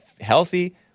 healthy